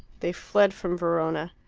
they fled from verona.